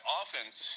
offense